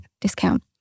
discount